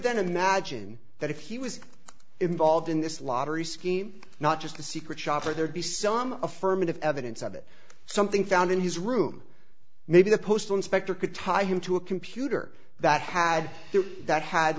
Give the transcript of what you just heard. then imagine that if he was involved in this lottery scheme not just the secret shopper there'd be some affirmative evidence of it something found in his room maybe the postal inspector could tie him to a computer that had that had